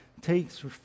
takes